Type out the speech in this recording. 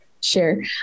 sure